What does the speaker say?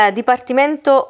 dipartimento